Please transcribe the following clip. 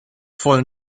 vollen